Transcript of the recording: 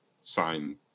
sign